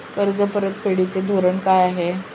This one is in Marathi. कर्ज परतफेडीचे धोरण काय आहे?